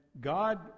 God